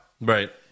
Right